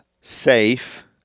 safe